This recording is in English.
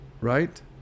right